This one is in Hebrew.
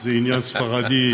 שזה עניין ספרדי,